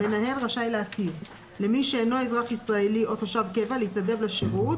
המנהל רשאי להתיר למי שאינו אזרח ישראלי או תושב קבע להתנדב לשירות,